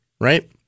right